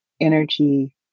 energy